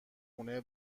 خونه